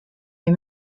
les